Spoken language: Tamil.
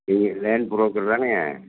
நீங்கள் லேண்ட் ப்ரோக்கர் தானேங்க